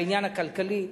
בעניין הכלכלי.